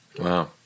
Wow